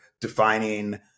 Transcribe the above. defining